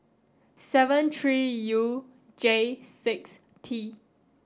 seven three U J six T